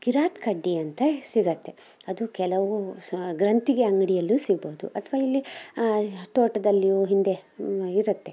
ಕಿರಾತ ಕಡ್ಡಿ ಅಂತ ಸಿಗತ್ತೆ ಅದು ಕೆಲವು ಗ್ರಂತಿಗೆ ಅಂಗಡಿಯಲ್ಲೂ ಸಿಗ್ಬೋದು ಅಥವಾ ಇಲ್ಲಿ ತೋಟದಲ್ಲಿಯೂ ಹಿಂದೆ ಇರತ್ತೆ